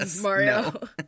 Mario